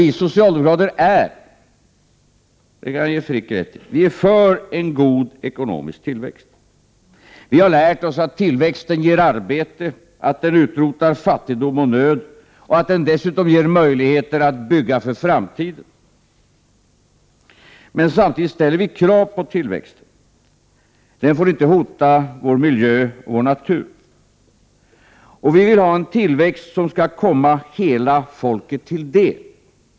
Vi socialdemokrater är för en god ekonomisk tillväxt — det kan jag ge Carl Frick rätt i. Vi har lärt oss att tillväxten ger arbete, att den utrotar fattigdom och nöd och att den dessutom ger möjligheter att bygga för framtiden. Men samtidigt ställer vi krav på tillväxten. Den får inte hota vår miljö och vår natur. Vi vill ha en tillväxt som skall komma hela folket till del.